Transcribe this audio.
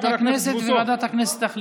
חבר הכנסת בוסו, ועדת הכנסת.